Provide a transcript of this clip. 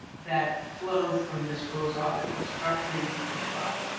that flow from this philosophical structure you've described?